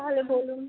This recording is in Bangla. তাহলে বলুন